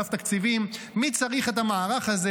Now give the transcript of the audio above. באגף התקציבים: מי צריך את המערך הזה?